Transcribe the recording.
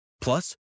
Plus